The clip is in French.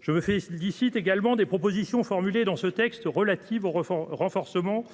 Je me félicite également des propositions formulées dans ce texte relatives au renforcement